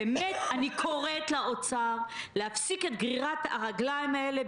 אני קוראת לאוצר להפסיק את גרירת הרגליים הזאת,